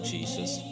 Jesus